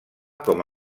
com